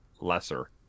lesser